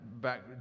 back